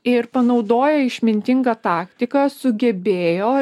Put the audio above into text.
ir panaudoję išmintingą taktiką sugebėjo